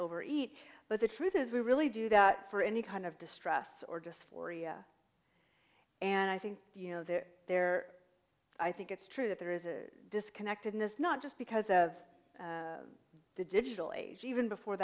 over eat but the truth is we really do that for any kind of distress or dysphoria and i think you know they're there i think it's true that there is a disconnect in this not just because of the digital age even before